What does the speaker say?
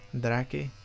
Drake